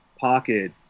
pocket